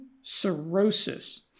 cirrhosis